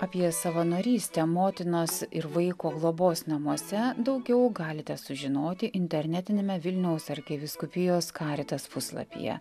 apie savanorystę motinos ir vaiko globos namuose daugiau galite sužinoti internetiniame vilniaus arkivyskupijos karitas puslapyje